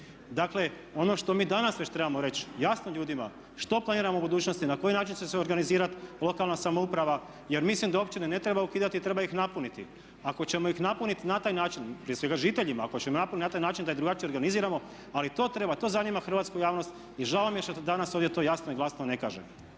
Dakle, ono što mi danas već trebamo reći jasno ljudima što planiramo u budućnosti, na koji način će se organizirati lokalna samouprava. Jer mislim da općine ne treba ukidati, treba ih napuniti. Ako ćemo ih napuniti na taj način, prije svega žiteljima, ako ćemo napuniti na taj način da je drugačije organiziramo ali to treba, to zanima hrvatsku javnost i žao mi je što to danas ovdje to jasno i glasno ne kažemo.